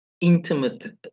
intimate